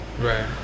right